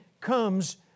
comes